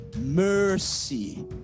Mercy